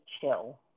chill